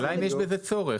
השאלה אם יש בזה צורך.